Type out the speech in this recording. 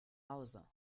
hause